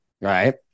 Right